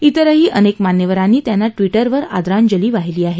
इतरही अनेक मान्यवरांनी त्यांना ट्विरवर आदरांजली वाहिली आहे